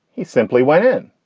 he simply went in.